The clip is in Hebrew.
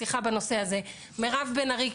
שיחה בנושא הזה; מירב בן ארי,